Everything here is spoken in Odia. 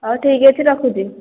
ହେଉ ଠିକ୍ ଅଛି ରଖୁଛି